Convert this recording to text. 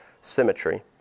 symmetry